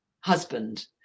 husband